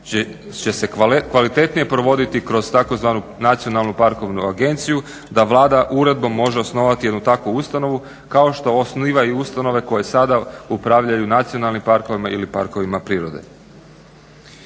će se kvalitetnije provoditi kroz tzv. nacionalnu parkovnu agenciju da Vlada uredbom može osnovati jednu takvu ustanovu kao što osniva i ustanove koje sada upravljaju nacionalnim parkovima ili parkovima prirode.